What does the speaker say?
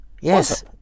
Yes